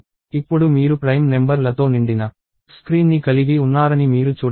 ఇప్పుడు మీరు prime number లతో నిండిన స్క్రీన్ని కలిగి ఉన్నారని మీరు చూడవచ్చు